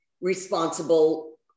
responsible